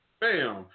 Bam